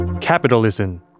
Capitalism